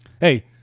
Hey